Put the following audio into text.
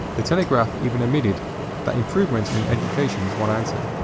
the telegraph even admitted that improvement in education is one answer